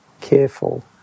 careful